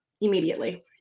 immediately